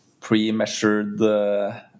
pre-measured